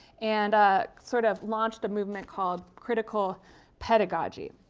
and ah sort of launched a movement called critical pedagogy.